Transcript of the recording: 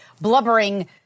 blubbering